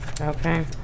okay